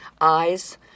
Eyes